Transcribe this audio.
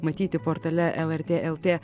matyti portale lrt lt